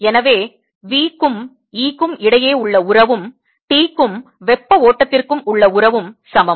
எனவே V க்கும் E க்கும் இடையே உள்ள உறவும் T க்கும் வெப்பஓட்டத்திற்கும் உள்ள உறவும் சமம்